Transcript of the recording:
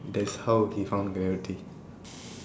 that's how he found gravity